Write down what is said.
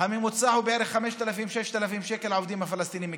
הוא 5,000 6,000 שקל שהעובדים הפלסטינים מקבלים.